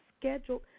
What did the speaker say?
scheduled